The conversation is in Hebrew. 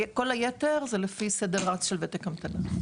כל היתר זה לפי סדר רץ של וותק המתנה.